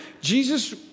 Jesus